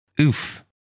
Oof